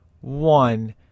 one